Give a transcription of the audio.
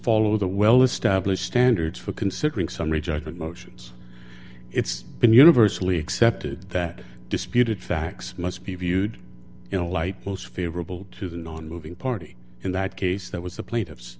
follow the well established standards for considering summary judgment motions it's been universally accepted that disputed facts must be viewed in the light most favorable to the nonmoving party in that case that was the plaintiffs